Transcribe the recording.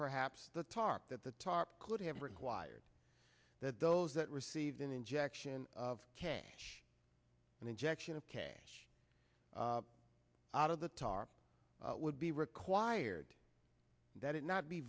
perhaps the tarp that the tarp could have required that those that receive an injection of cash and injection of cash out of the tarp would be required that it not be